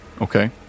Okay